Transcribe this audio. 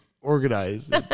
organized